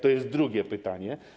To jest drugie pytanie.